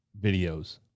videos